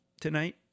tonight